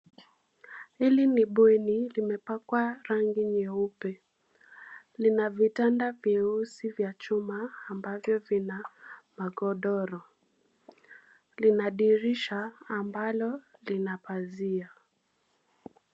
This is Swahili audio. Hili ni bweni limepakwa rangi nyeupe lina vitanda vyeusi vya chuma ambavyo vina magodoro lina dirisha ambalo lina pazia.